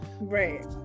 Right